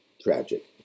tragic